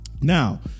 Now